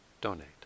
donate